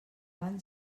van